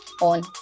on